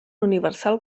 universal